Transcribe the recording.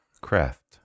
craft